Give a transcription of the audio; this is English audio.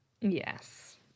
Yes